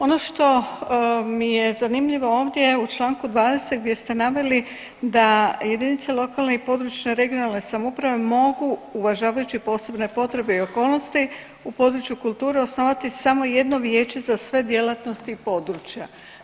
Ono što mi je zanimljivo ovdje, u čl. 20 gdje ste naveli da jedinice lokalne i područne (regionalne) samouprave mogu uvažavajući posebne potrebe i okolnosti, u području kulture osnovati samo jedno vijeće za sve djelatnosti i područja.